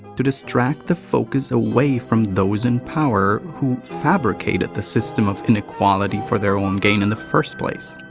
to distract the focus away from those in power who fabricated the system of inequality for their own gain in the first place.